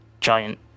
giant